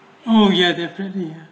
oh ya definitely